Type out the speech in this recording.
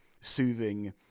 soothing